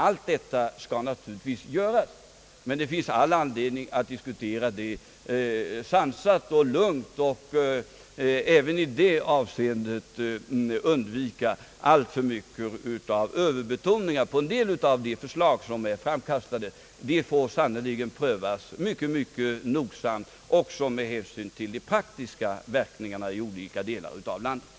Allt detta skall naturligtvis göras, men det finns all anledning att diskutera det sansat och lugnt och även i det avseendet undvika alltför mycket av överbetoningar på en del av de förslag som framkastats. Det får sannerligen prövas mycket noggrant också med hänsyn till de praktiska verkningarna i olika delar av landet.